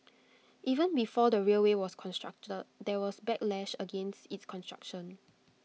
even before the railway was constructed there was backlash against its construction